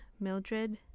Mildred